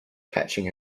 catching